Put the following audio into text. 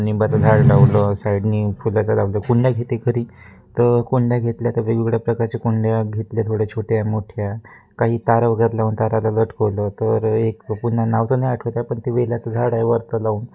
निंबाचं झाड लाावलं साईडने फुलाचं लाावलं कुंड्या घेते घरी तर कुंड्या घेतल्या तर वेगवेगळ्या प्रकारच्या कुंड्या घेतल्या थोड्या छोट्या मोठ्या काही तारं वगैरे लावून ताराला लटकवलं तर एक पुन्हा नाव तर नाही आठवत आहे पण ते वेलाचं झाड आहे वरतं लावून